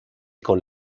con